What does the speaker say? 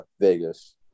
Vegas